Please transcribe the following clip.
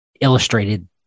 illustrated